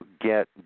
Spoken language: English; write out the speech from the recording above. get